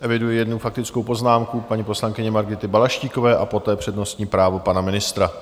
Eviduji jednu faktickou poznámku paní poslankyně Margity Balaštíkové a poté přednostní právo pana ministra.